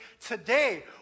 today